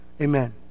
Amen